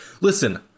Listen